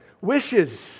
Wishes